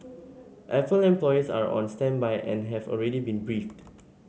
apple employees are on standby and have already been briefed